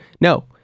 no